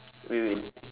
wait wait